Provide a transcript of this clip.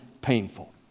painful